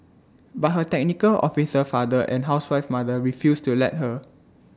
but her technical officer father and housewife mother refused to let her